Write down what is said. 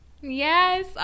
yes